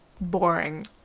boring